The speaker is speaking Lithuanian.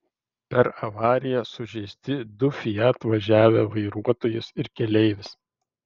per avariją sužeisti du fiat važiavę vairuotojas ir keleivis